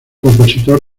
compositor